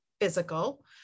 physical